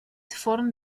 forn